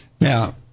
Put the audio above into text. now